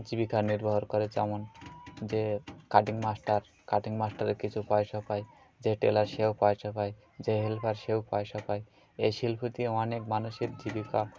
জীবিকা নির্বাহ করে যেমন যে কাটিং মাস্টার কাটিং মাস্টারের কিছু পয়সা পায় যে টেলার সেও পয়সা পায় যে হেল্পার সেও পয়সা পায় এই শিল্প দিয়ে অনেক মানুষের জীবিকা